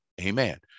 amen